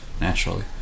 naturally